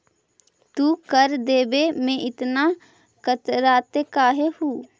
तू कर देवे में इतना कतराते काहे हु